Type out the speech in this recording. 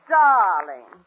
darling